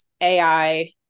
AI